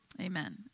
Amen